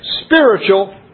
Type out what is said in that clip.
spiritual